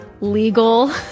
legal